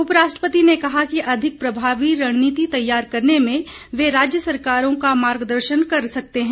उपराष्ट्रपति ने कहा कि अधिक प्रभावी रणनीति तैयार करने में वे राज्य सरकारों का मार्गदर्शन कर सकते हैं